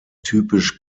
typisch